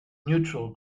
neutral